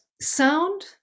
sound